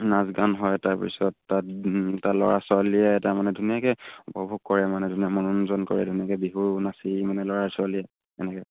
নাচ গান হয় তাৰপিছত তাত তাৰ ল'ৰা ছোৱালীয়ে এটা মানে ধুনীয়াকৈ উপভোগ কৰে মানে ধুনীয়া মনোৰঞ্জন কৰে ধুনীয়াকৈ বিহু নাচি মানে ল'ৰা ছোৱালীয়ে এনেকৈ